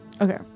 Okay